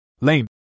Lame